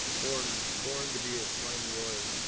born born to be a slimy lawyer.